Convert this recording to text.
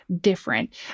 different